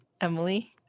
Emily